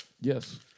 Yes